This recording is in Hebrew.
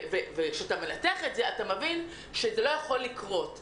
כאשר אתה מנתח את זה אתה מבין שזה לא יכול לקרות.